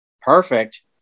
Perfect